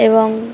এবং